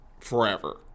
forever